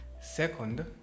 Second